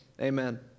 amen